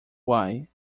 why